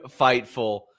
Fightful